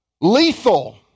lethal